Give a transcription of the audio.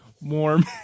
warm